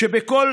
שבכל